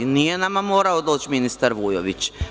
Nije nama morao doći ministar Vujović.